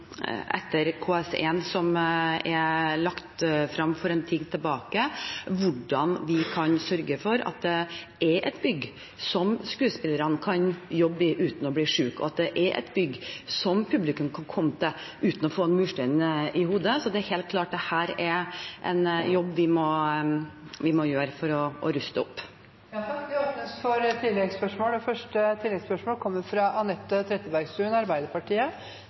som er lagt fram for en tid tilbake – hvordan vi kan sørge for at det er et bygg som skuespillerne kan jobbe i uten å bli syke, og at det er et bygg som publikum kan komme til uten å få en murstein i hodet. Så det er helt klart at dette er en jobb vi må gjøre for å ruste opp. Det åpnes for oppfølgingsspørsmål – først Ola Elvestuen. Nasjonalgalleriet må selvfølgelig rustes opp, og